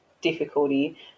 difficulty